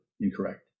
incorrect